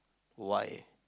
why